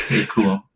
cool